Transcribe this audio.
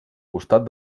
costat